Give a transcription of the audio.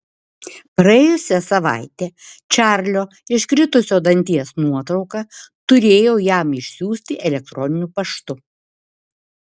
praėjusią savaitę čarlio iškritusio danties nuotrauką turėjau jam išsiųsti elektroniniu paštu